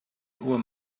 uhr